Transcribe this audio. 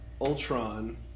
Ultron